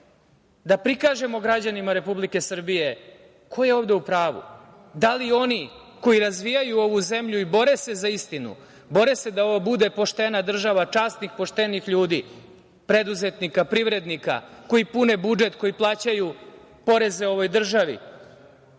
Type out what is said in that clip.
da prikažemo građanima Republike Srbije ko je ovde u pravu, da li oni koji razvijaju ovu zemlju i bore se za istinu, bore se da ovo bude poštena država, časnih poštenih ljudi, preduzetnika, privrednika koji pune budžet, koji plaćaju poreze ovoj državi